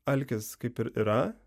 alkis kaip ir yra